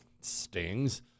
stings